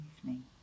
evening